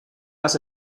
las